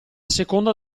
seconda